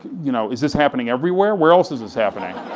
you know is this happening everywhere, where else is this happening?